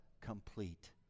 complete